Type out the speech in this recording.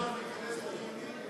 אין טעם להיכנס לדיונים,